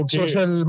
social